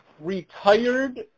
retired